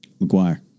McGuire